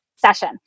Session